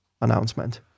announcement